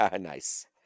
Nice